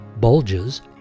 bulges